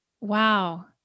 Wow